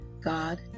God